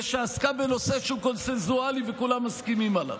ושעסקה בנושא קונסנזואלי וכולם מסכימים עליו.